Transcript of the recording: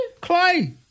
Clay